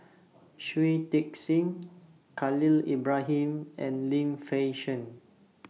Shui Tit Sing Khalil Ibrahim and Lim Fei Shen